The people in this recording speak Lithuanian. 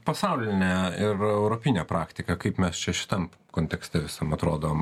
pasaulinė ir europinė praktika kaip mes čia šitam kontekste visam atrodom